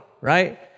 right